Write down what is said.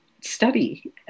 study